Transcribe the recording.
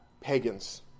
pagans